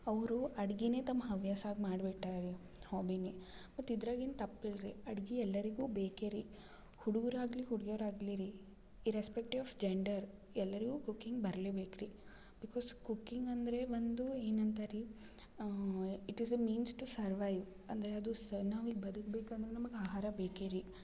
ಅವರು ಅಡ್ಗೆ ತಮ್ಮ ಹವ್ಯಾಸ ಆಗಿ ಮಾಡ್ಬಿಟ್ಟಾರೆ ರೀ ಹಾಬಿನೇ ಮತ್ತು ಇದ್ರಾಗೆ ಏನು ತಪ್ಪು ಇಲ್ರಿ ಅಡ್ಗೆ ಎಲ್ಲರಿಗು ಬೇಕೇ ರೀ ಹುಡ್ಗುರು ಆಗಲಿ ಹುಡ್ಗೀರು ಆಗಲಿ ರೀ ಇರ್ರೆಸ್ಪೆಕ್ಟಿವ್ ಆಫ್ ಜೆಂಡರ್ ಎಲ್ಲರಿಗು ಕುಕ್ಕಿಂಗ್ ಬರಲೇ ಬೇಕು ರೀ ಬಿಕಾಸ್ ಕುಕ್ಕಿಂಗ್ ಅಂದರೆ ಒಂದು ಏನು ಅಂತಾರೆ ರೀ it is a means to survive ಅಂದರೆ ಅದು ಸಹ ನಾವು ಈಗ ಬದುಕ್ಬೇಕು ಅಂದ್ರೆ ನಮ್ಗೆ ಆಹಾರ ಬೇಕೇ ರೀ